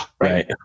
right